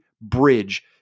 bridge